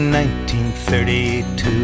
1932